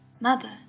mother